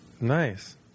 Nice